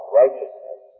righteousness